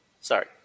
Sorry